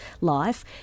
life